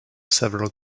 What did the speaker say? several